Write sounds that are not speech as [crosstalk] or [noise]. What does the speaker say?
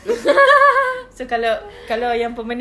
[laughs]